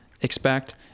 expect